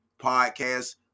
podcast